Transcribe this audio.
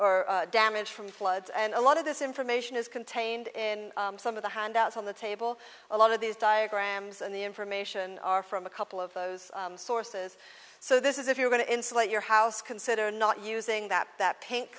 or damage from floods and a lot of this information is contained in some of the handouts on the table a lot of these diagrams and the information are from a couple of those sources so this is if you're going to insulate your house consider not using that that pin